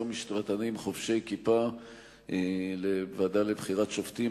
משפטנים חובשי כיפה לוועדה לבחירת שופטים,